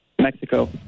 Mexico